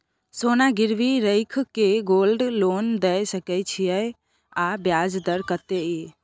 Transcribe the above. सोना गिरवी रैख के गोल्ड लोन दै छियै की, आ ब्याज दर कत्ते इ?